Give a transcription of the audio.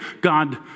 God